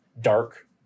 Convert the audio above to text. dark